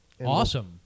Awesome